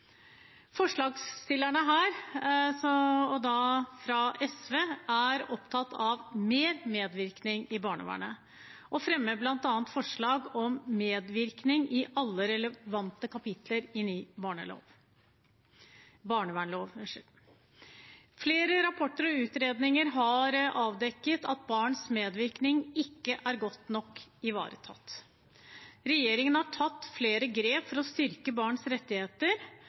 Forslagsstillerne her, fra SV, er opptatt av mer medvirkning i barnevernet og fremmer bl.a. forslag om medvirkning i alle relevante kapitler i ny barnevernslov. Flere rapporter og utredninger har avdekket at barns medvirkning ikke er godt nok ivaretatt. Regjeringen har tatt flere grep for å styrke barns rettigheter.